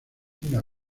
una